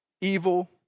evil